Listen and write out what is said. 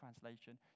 translation